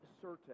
certain